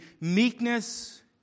meekness